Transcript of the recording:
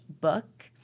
book